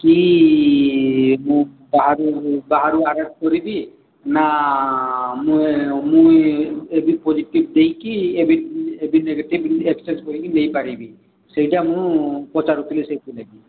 କି ମୁଁ ଆରୁ ବାହାରୁ ଆରେଞ୍ଜ କରିବି ନା ମୁଁ ମୁଁ ଏ ବି ପୋଜେଟିଭ୍ ଦେଇକି ଏ ବି ନେଗେଟିଭ୍ ଏକ୍ସଚେଞ୍ଜ କରିକି ନେଇପାରିବି ସେଇଟା ମୁଁ ପଚାରୁଥିଲି ସେଇଥିଲାଗି